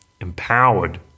empowered